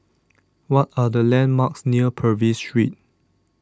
What Are The landmarks near Purvis Street